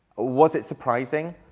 was it surprising?